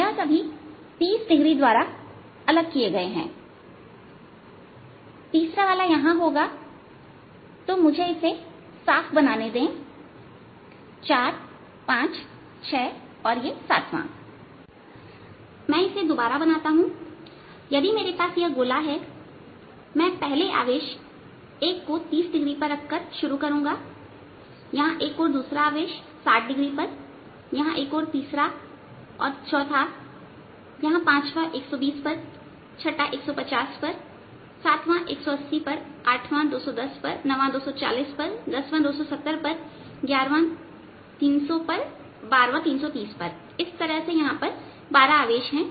यह सभी 30 डिग्री द्वारा अलग किए गए हैं तीसरा वाला यहां होगा तो मुझे इसे साफ बनाने दे 4567 मैं इसे दोबारा बनाता हूं यदि मेरे पास यह गोला है मैं पहले आवेश 1 को 30 डिग्री पर रखकर शुरू करूंगा यहां एक और दूसरा आवेश 60 डिग्री पर है यहां एक और तीसरा और चौथा यहां पांचवा 120 पर छटा 150 पर 7वा 180 पर 8वां 210 पर 9वा 240 पर 10वां 270 पर 11वां 300 पर 12वां 330 पर इस तरह यहां 12 आवेश हैं